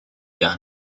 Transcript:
gun